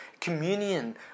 communion